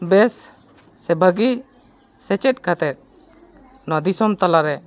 ᱵᱮᱥ ᱥᱮ ᱵᱷᱟᱹᱜᱤ ᱥᱮᱪᱮᱫ ᱠᱟᱛᱮᱫ ᱱᱚᱣᱟ ᱫᱤᱥᱚᱢ ᱛᱟᱞᱟᱨᱮ